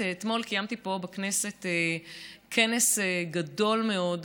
אתמול קיימתי פה בכנסת כנס גדול מאוד,